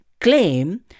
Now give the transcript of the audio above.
claim